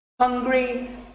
hungry